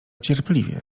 cierpliwie